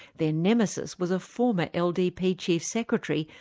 their nemesis was a former ldp chief secretary,